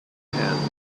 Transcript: hand